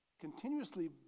continuously